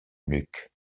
nuque